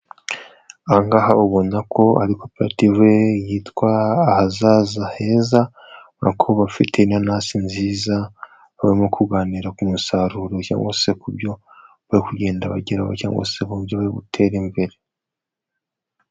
Aha ngaha ubona ko ari koperative yitwa Ahazaza Heza. Urabona ko bafite inanasi nziza barimo kuganira ku musaruro cyangwa se ku byo bari kugenda bageraho cyangwa se mu buryo bari gutere imbere.